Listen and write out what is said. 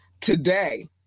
Today